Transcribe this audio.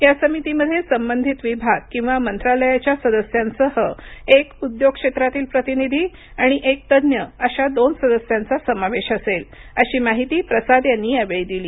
या समितीमध्ये संबधित विभाग किंवा मंत्रालयाच्या सदस्यांसह एक उद्योग क्षेत्रातील प्रतिनिधी आणि एक तज्ज्ञ अशा दोन सदस्यांचा समावेश असेल अशी माहिती प्रसाद यांनी यावेळी दिली